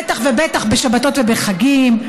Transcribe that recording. בטח ובטח בשבתות ובחגים,